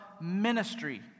ministry